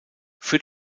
für